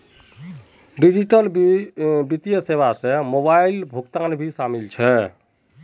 digital वित्तीय सेवात mobile से भुगतान भी शामिल छे